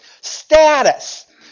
status